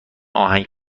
آهنگ